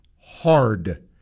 Hard